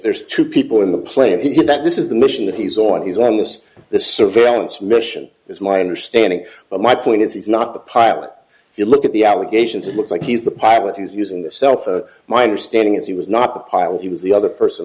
there's two people in the plane and he said that this is the mission that he's on he's on this the surveillance mission is my understanding but my point is he's not the pilot if you look at the allegations it looks like he's the pilot he's using the cell phone my understanding is he was not the pilot he was the other person